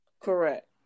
Correct